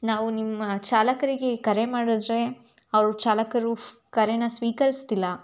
ನಾವು ನಿಮ್ಮ ಚಾಲಕರಿಗೆ ಕರೆ ಮಾಡಿದ್ರೆ ಅವ್ರು ಚಾಲಕರು ಫ್ ಕರೇನ ಸ್ವೀಕರಿಸ್ತಿಲ್ಲ